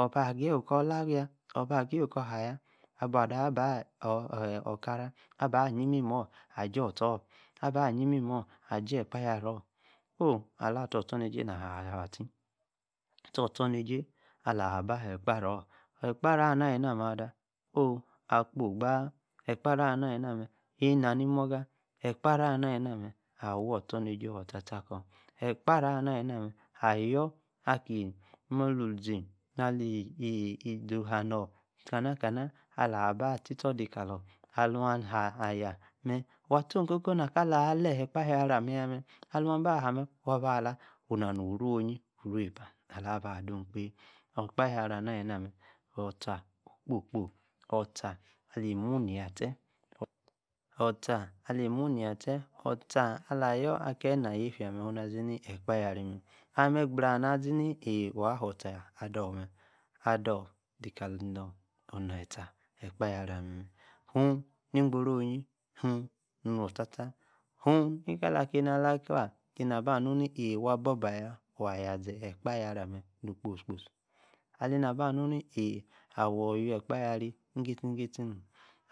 Oka-geyi okor-laa-yaa, oka geyi okor haa-jaa, ibu-baa, okara aba, i imor ajor-ostor, aba ayie immimor aji ekpara-rior, ooh alaah tor, ostomejie na-han atie tor ostromejie, alaah-ba haa ekpari-oro ekpari-orr ali-na-mee ada, akpo, gbaa, ekpari-amaa enaa ni, morga. Ekpari, amaa ali-naa mee, awaa, ostonejie, otia-ta-akor ekpari-orr amaa ali-ma-mee ayor aki malu zee, ali-ee izee, ooh kaa nu, ka non-ka-nan. aba tieston de-kalor aluu ahaa-ayaa mee, waa, tiem-ko-ivo na-ka-laah, wee nan uru oyie, uru oyie, uru epa, alaa- ba- du kpee, okpaya-ri-ama ali-naa- mee, otaa, kpo-kpo, otaa ali, mu-neyee, atie, otaa alii mu-neyee atie otaa ala-ayor ake, naa yietia mee oo-na-zi-ni, ekpayari, ammee gbraa ana zi-mi, waa, hoor otoa, ada mme, ador de kali-enor, ooh, nor otaa ekpayari-amme, humi ni, gboro-oyie, hin, nor-otieta, huum. ni-kali-akpri, alaah kpa, na-ba nu-ni eeh waa, abor-ba-yaa, waa, yaa zi. Ekpaya-ri amme no-o kposi kposi alay-naa ba, nu-ni eeh, awor iwi ekpaya-ri, niyiti-gitie nom,